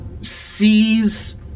sees